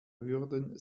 würden